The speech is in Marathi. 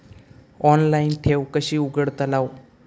ऑनलाइन ठेव कशी उघडतलाव?